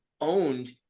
owned